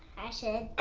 i should.